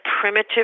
primitive